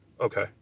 Okay